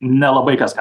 nelabai kas ką